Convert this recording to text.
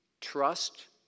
trust